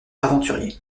aventurier